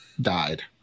died